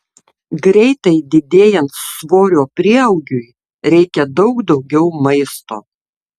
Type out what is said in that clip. greitai didėjant svorio prieaugiui reikia daug daugiau maisto